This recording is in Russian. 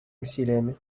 усилиями